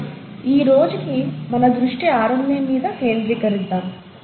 కానీ ఈరోజుకి మన దృష్టి RNA మీద కేంద్రీకరిద్దాము